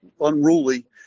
unruly